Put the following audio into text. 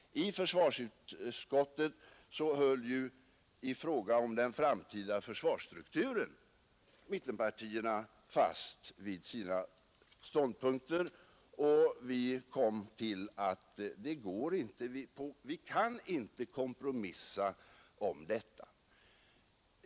I försvarsutskottet höll ju mittenpartierna i fråga om den framtida försvarsstrukturen fast vid sina ståndpunkter, och vi kom fram till att vi inte kan kompromissa om detta.